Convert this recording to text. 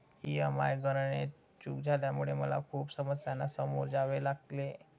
EMI गणनेत चूक झाल्यामुळे मला खूप समस्यांना सामोरे जावे लागले